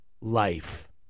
life